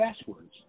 passwords